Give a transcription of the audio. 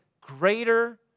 greater